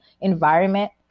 environment